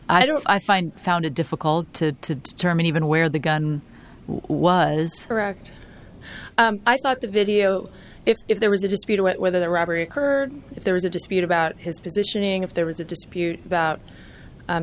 i don't i find found it difficult to to determine even where the gun was correct i thought the video if there was a dispute about whether the robbery occurred if there was a dispute about his positioning if there was a dispute about